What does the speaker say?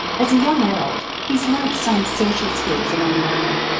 as a young adult he's learned some social skills along the way.